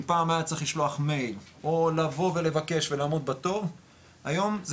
אם פעם היה צריך לשלוח מייל או לבוא ולבקש ולעמוד בתור היום זה